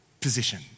position